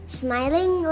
smiling